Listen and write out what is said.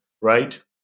right